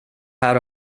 här